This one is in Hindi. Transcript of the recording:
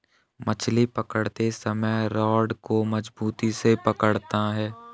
मछली पकड़ते समय रॉड को मजबूती से पकड़ना है